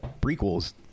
prequels